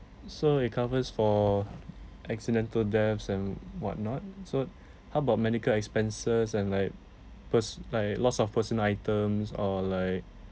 so it covers for accidental deaths and whatnot so how about medical expenses and like pers~ like loss of personal items or like